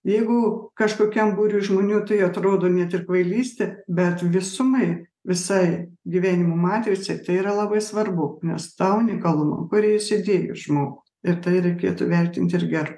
jeigu kažkokiam būriui žmonių tai atrodo net ir kvailystė bet visumai visai gyvenimo matricai tai yra labai svarbu nes tą unikalumą kūrėjas įdėjo į žmogų ir tai reikėtų vertint irgi ar